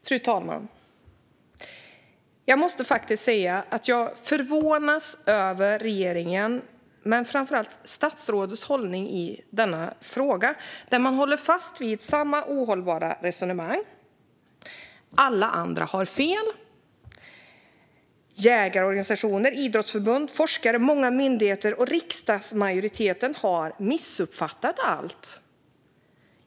Fru talman! Jag måste faktiskt säga att jag förvånas över regeringens, men framför allt statsrådets, hållning i denna fråga. Man håller fast vid samma ohållbara resonemang: Alla andra har fel. Jägarorganisationer, idrottsförbund, forskare, många myndigheter och riksdagsmajoriteten har alltså missuppfattat allt.